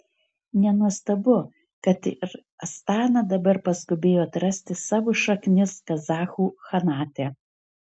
nenuostabu kad ir astana dabar paskubėjo atrasti savo šaknis kazachų chanate